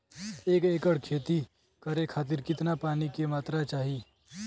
एक एकड़ खेती करे खातिर कितना पानी के मात्रा चाही?